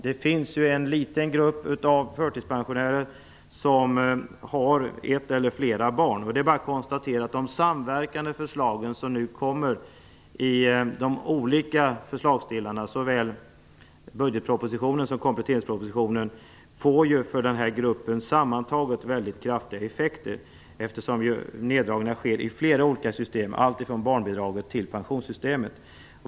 Det finns ju en liten grupp av förtidspensionärer som har ett eller flera barn. Det är bara att konstatera att de samverkande förslagen som ingår i de olika förslagsdelarna, såväl i budgetpropositionen som i kompletteringspropositionen, för denna grupp sammantaget får väldigt kraftiga effekter, eftersom neddragningarna sker i flera olika system, alltifrån barnbidrag till pensionssystemet.